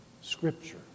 Scripture